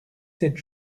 sept